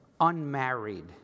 unmarried